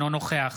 אינו נוכח